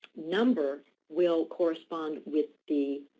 number will correspond with the